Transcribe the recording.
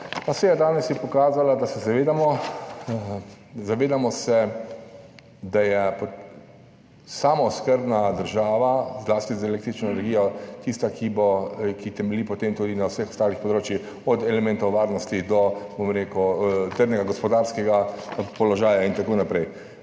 seja danes je pokazala, da se zavedamo, da je samooskrbna država, zlasti z električno energijo, tista, ki temelji potem tudi na vseh ostalih področjih, od elementov varnosti do, bom rekel, trdnega gospodarskega položaja in tako naprej.